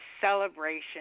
celebration